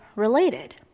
related